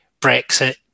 Brexit